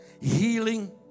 Healing